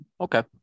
Okay